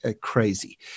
crazy